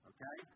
Okay